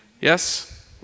Yes